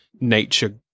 nature